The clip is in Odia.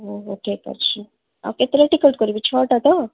ହଉ ହଉ ଠିକ୍ ଅଛି ଆଉ କେତେଟା ଟିକେଟ୍ କରିବି ଛଅଟା ତ